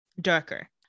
darker